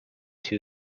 two